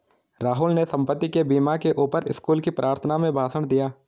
राहुल ने संपत्ति के बीमा के ऊपर स्कूल की प्रार्थना में भाषण दिया